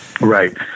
Right